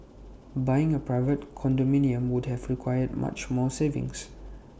buying A private condominium would have required much more savings